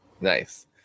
Nice